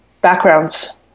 backgrounds